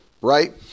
right